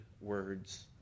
words